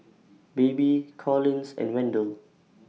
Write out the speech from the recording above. Baby Collins and Wendell